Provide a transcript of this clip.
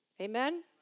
Amen